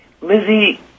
Lizzie